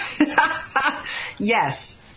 Yes